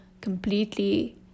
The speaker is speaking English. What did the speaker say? completely